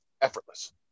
effortless